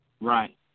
right